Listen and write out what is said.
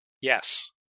Yes